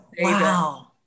Wow